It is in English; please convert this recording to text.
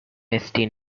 misty